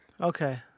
Okay